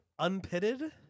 Unpitted